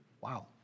Wow